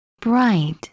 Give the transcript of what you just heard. bright